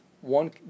one